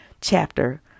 chapter